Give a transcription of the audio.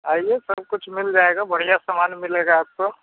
आइए सब कुछ मिल जाएगा बढ़िया समान मिलेगा आपको